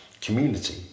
community